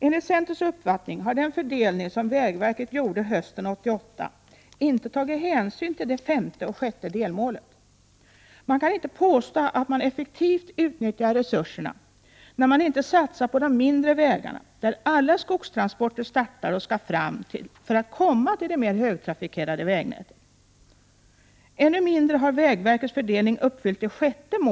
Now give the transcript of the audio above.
Enligt centerns mening har man vid den fördelning som vägverket gjorde hösten 1988 inte tagit hänsyn till det femte och det sjätte delmålet. Man kan inte påstå att resurserna utnyttjas effektivt, då det inte satsas på de mindre vägarna, där alla skogstransporter startar och skall fram för att komma till det mer högtrafikerade vägnätet. Ännu mindre har vägverket uppfyllt det sjätte delmålet, att säkerställa en Prot.